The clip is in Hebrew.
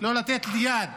לא לתת יד